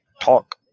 talk